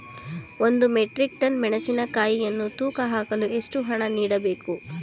ಒಂದು metric ton ಮೆಣಸಿನಕಾಯಿಯನ್ನು ತೂಕ ಹಾಕಲು ಎಷ್ಟು ಹಣ ನೀಡಬೇಕು?